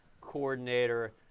coordinator